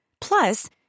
Plus